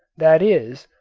that is,